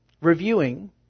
Reviewing